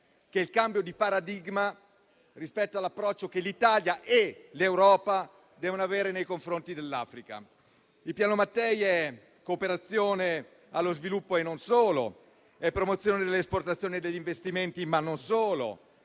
che il cambio di paradigma rispetto all'approccio che l'Italia e l'Europa devono avere nei confronti dell'Africa. Il Piano Mattei è cooperazione allo sviluppo; è promozione delle esportazioni e degli investimenti; è investire